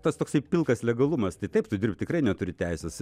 tas toksai pilkas legalumas tai taip tu dirbti tikrai neturi teisės